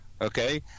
Okay